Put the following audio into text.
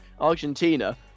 Argentina